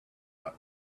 not